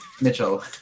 Mitchell